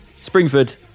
Springford